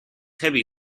heavy